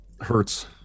hurts